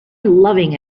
loving